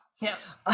Yes